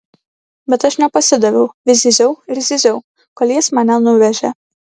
bet aš nepasidaviau vis zyziau ir zyziau kol jis mane nuvežė